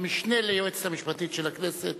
המשנה ליועץ המשפטי של הכנסת